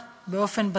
ביטחון.